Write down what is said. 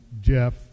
Jeff